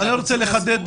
לא כל הסיפור הזה.